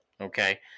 okay